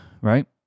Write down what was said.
right